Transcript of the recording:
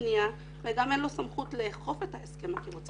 וגם אין לו סמכות לאכוף ההסכם הקיבוצי.